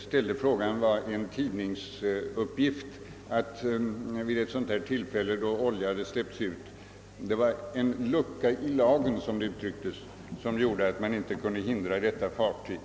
ställde min fråga var en tidningsuppgift, i vilken man i samband med att olja släpps ut talade om att det fanns en lucka i lagen — så som det uttrycktes — som gjorde att man inte kunde vidta åtgärder mot fartyget.